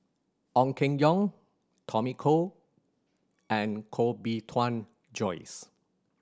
Ong Keng Yong Tommy Koh and Koh Bee Tuan Joyce